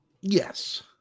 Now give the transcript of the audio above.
Yes